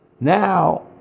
Now